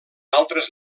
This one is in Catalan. altres